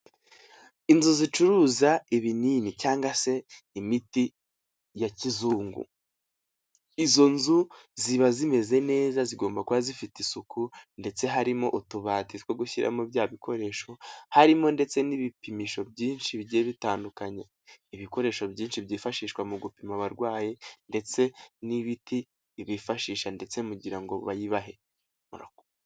Inzu zicuruza ibinini cyangwa se imiti ya kizungu. Izo nzu ziba zimeze neza zigomba kuba zifite isuku ndetse harimo utubati two gushyiramo bya bikoresho, harimo ndetse n'ibipimisho byinshi bigiye bitandukanye. Ibikoresho byinshi byifashishwa mu gupima abarwayi, ndetse n'ibiti bifashisha ndetse kugira ngo bayibahe.